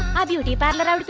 ah beauty parlor